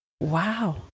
wow